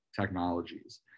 technologies